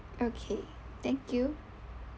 okay thank you